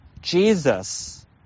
Jesus